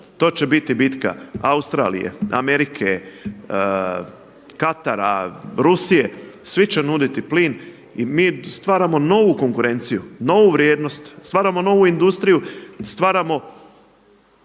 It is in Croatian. To će biti bitka Australije, Amerike, Katara, Rusije. Svi će nuditi plin i mi stvarano novu konkurenciju, novu vrijednost, stvaramo novu industriju, stvaramo